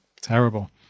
terrible